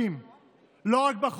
נא לא להפריע.